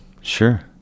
Sure